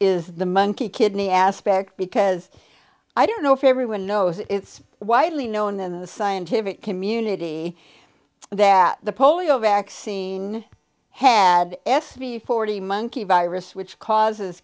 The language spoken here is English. is the monkey kidney aspect because i don't know if everyone knows it's widely known in the scientific community that the polio vaccine had to be forty monkey virus which causes